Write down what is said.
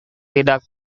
tidak